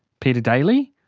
peter daly,